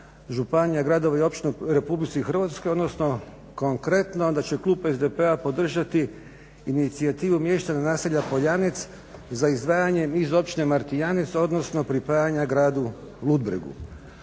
županija, gradova i općina u RH odnosno konkretno da će klub SDP-a podržati inicijativu mjesta naselja Poljanec za izdvajanjem iz Općine Martijanec odnosno pripajanja gradu Ludbregu.